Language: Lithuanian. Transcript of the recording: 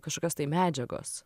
kažkokios tai medžiagos